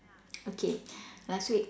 okay last week